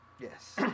Yes